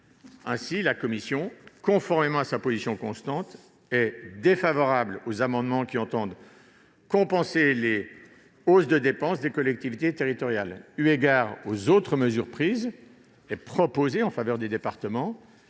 Ainsi, la commission, conformément à sa position constante, est défavorable aux amendements qui entendent compenser les hausses de dépenses des collectivités territoriales. Eu égard aux autres mesures prises et proposées en faveur des départements,